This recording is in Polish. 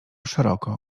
szeroko